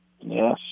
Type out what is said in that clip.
Yes